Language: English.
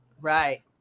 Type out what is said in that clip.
right